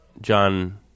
John